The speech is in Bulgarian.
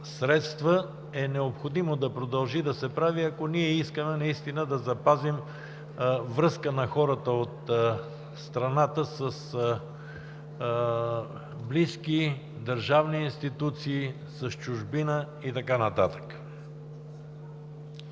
е необходимо да продължи да се прави, ако ние искаме наистина да запазим връзката на хората от страната с близки, държавни институции, чужбина и така нататък.